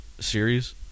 series